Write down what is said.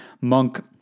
Monk